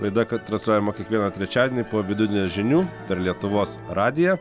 laida ka transliuojama kiekvieną trečiadienį po vidudienio žinių per lietuvos radiją